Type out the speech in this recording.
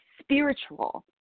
spiritual